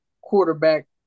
quarterback